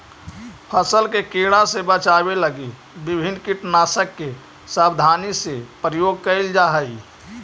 फसल के कीड़ा से बचावे लगी विभिन्न कीटनाशक के सावधानी से प्रयोग कैल जा हइ